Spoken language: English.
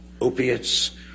opiates